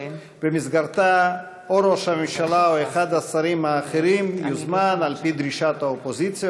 ובמסגרתה ראש הממשלה או אחד השרים האחרים יוזמן על פי דרישת האופוזיציה,